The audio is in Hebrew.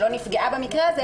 שלא נפגעה במקרה הזה,